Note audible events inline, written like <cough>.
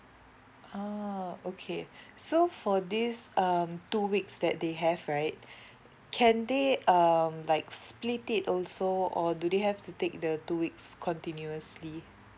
oo okay <breath> so for this um two weeks that they have right <breath> can they um like split it also or do they have to take the two weeks continuously